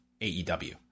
AEW